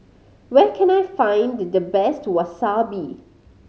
where can I find the the best Wasabi